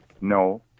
No